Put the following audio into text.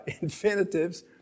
infinitives